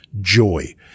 joy